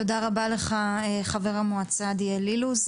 תודה רבה לך, חבר המועצה עדיאל אילוז.